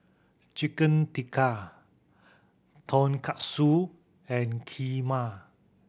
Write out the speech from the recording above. Chicken Tikka Tonkatsu and Kheema